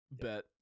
bet